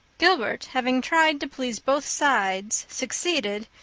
gilbert, having tried to please both sides, succeeded,